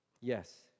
Yes